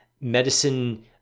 medicine